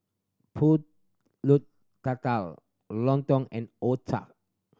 Pulut Tatal lontong and otah